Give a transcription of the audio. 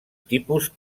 tipus